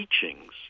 teachings